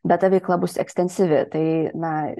bet ta veikla bus ekstensyvi tai na